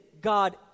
God